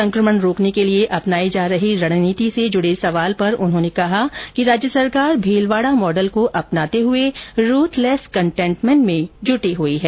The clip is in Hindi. सकमण रोकने के लिए अपनाई जा रही रणनीति से जुडे सवाल पर उन्होंने कहा कि राज्य सरकार भीलवाडा मॉडल को अपनाते हुए रूथलेस कन्टेनमेंट में जुटी हुई है